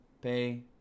pay